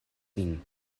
vin